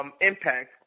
Impact